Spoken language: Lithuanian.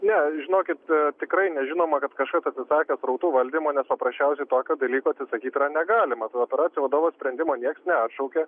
ne žinokit tikrai nežinoma kad kažkas atsisakė srautų valdymo nes paprasčiausiai tokio dalyko atsisakyti negalima to operacijų vadovo sprendimo niekas neatšaukė